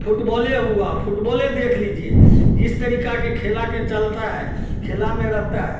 फुटबॉले हुआ फुटबॉले देख लीजिए जिस तरीक़े के खेल कर चलता है खेल में रहता है